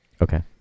Okay